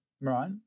Right